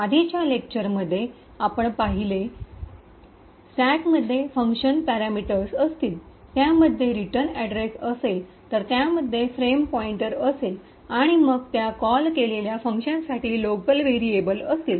आधीच्या लेक्चरमध्ये आपण आधी पाहिल्याप्रमाणे स्टॅकमध्ये फंक्शन पॅरामीटर्स असतील त्यामध्ये रिटर्न अड्रेस असेल तर त्यामधे फ्रेम पॉईंटर असेल आणि मग त्या कॉल केलेल्या फंक्शनसाठी लोकल व्हेरिएबल्स असतील